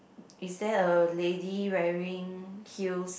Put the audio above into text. is there a lady wearing heels